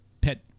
pet